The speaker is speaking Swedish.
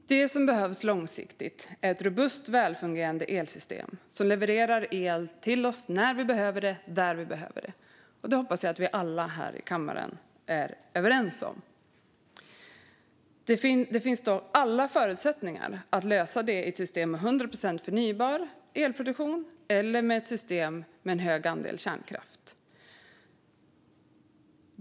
Herr talman! Det som behövs långsiktigt är ett robust, välfungerande elsystem, som levererar el till oss när vi behöver det, där vi behöver det. Detta hoppas jag att vi alla här i kammaren är överens om. Det finns alla förutsättningar att lösa detta genom ett system med 100 procent förnybar elproduktion eller ett system med en hög andel kärnkraft.